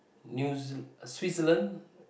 New-Zeal~ Switzerland